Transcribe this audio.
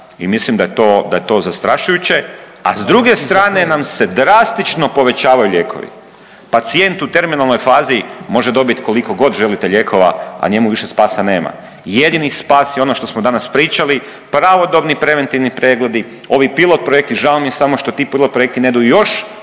mislim da je to zastrašujuće a s druge strane nam se drastično povećavaju lijekovi. Pacijent u terminalnoj fazi može dobiti koliko god želite lijekova a njemu više spasa nema. Jedini spas je ono što smo danas pričali pravodobni preventivni pregledi. Ovi pilot projekti, žao mi je samo što ti pilot projekti ne daju još